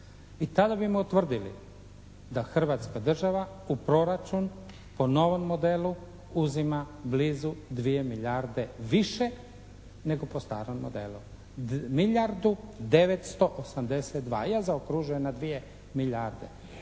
I tada bi mu utvrdili da hrvatska država u proračun po novom modelu uzima blizu 2 milijarde više nego po starom modelu. Milijardu 982. Ja zaokružujem na dvije milijarde.